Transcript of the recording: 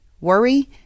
worry